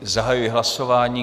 Zahajuji hlasování.